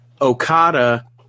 Okada